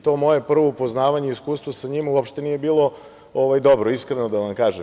To moje prvo upoznavanje i iskustvo sa njima uopšte nije bilo dobro, iskreno da vam kažem.